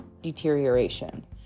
deterioration